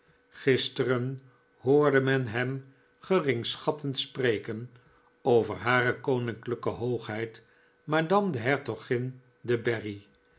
gisteren hoorde men hem geringschattend spreken over hare koninklijke hoogheid madame de hertogin de berri